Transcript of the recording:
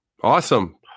awesome